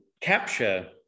capture